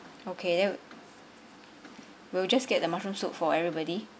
okay then we will just get the mushroom soup for everybody